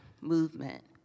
movement